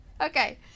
Okay